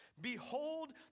Behold